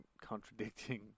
contradicting